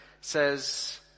says